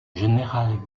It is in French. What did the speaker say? général